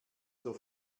zur